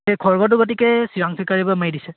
এই খৰ্গটো গতিকে চিৰাং চিকাৰীবোৰে মাৰি দিছে